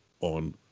on